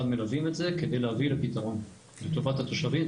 מלווים את זה כדי להביא לפתרון לטובת התושבים,